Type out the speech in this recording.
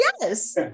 Yes